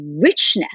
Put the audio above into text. richness